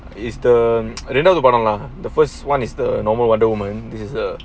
is the I didn't know the bottom lah the first one is the normal wonder woman which is the